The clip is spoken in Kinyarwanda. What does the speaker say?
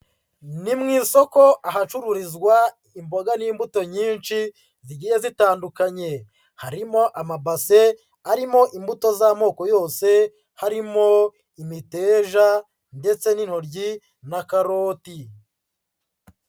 Ni mu isoko ahacururizwa imboga n'imbuto nyinshi zigiye zitandukanye. Harimo amabase arimo imbuto z'amoko yose, harimo imiteja, ndetse n'intoryi na karoti.